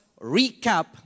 recap